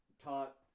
Taught